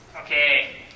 Okay